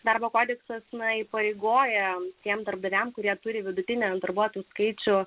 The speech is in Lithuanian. darbo kodeksas neįpareigoja tiems darbdaviams kurie turi vidutinė darbuotojų skaičių